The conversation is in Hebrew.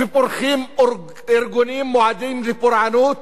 ופורחים ארגונים מועדים לפורענות